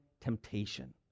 temptation